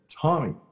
Tommy